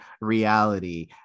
reality